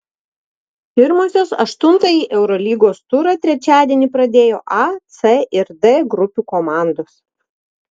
pirmosios aštuntąjį eurolygos turą trečiadienį pradėjo a c ir d grupių komandos